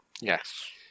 Yes